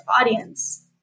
audience